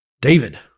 David